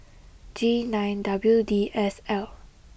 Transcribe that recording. G nine W D S L